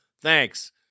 Thanks